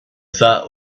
thought